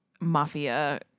mafia